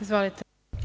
Izvolite.